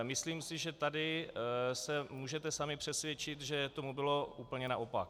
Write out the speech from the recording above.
Myslím si, že tady se můžete sami přesvědčit, že tomu bylo úplně naopak.